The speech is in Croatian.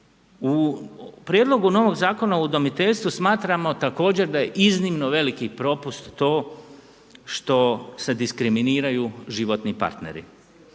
U prijedlogu novog Zakona o udomiteljstvu smatramo također da je iznimno veliki propust to što se diskriminiraju životni partneri.